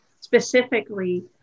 specifically